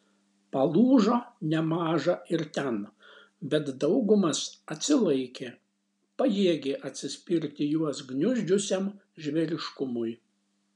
palūžo nemaža ir ten bet daugumas atsilaikė pajėgė atsispirti juos gniuždžiusiam žvėriškumui